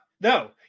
No